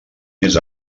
més